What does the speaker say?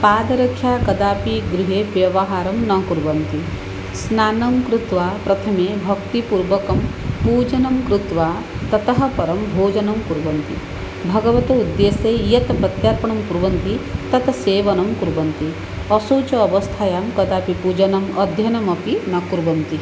पादरक्षा कदापि गृहे व्यवहारं न कुर्वन्ति स्नानं कृत्वा प्रथमं भक्तिपूर्वकं पूजनं कृत्वा ततः परं भोजनं कुर्वन्ति भगवतः उदयस्य यत् प्रत्यर्पणं कुर्वन्ति तत् सेवनं कुर्वन्ति अशौचम् अवस्थायां कदापि पूजनम् अध्ययनमपि न कुर्वन्ति